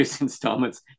installments